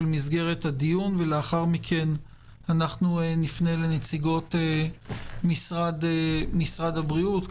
מסגרת הדיון ולאחר מכן אנחנו נפנה לנציגות משרד הבריאות.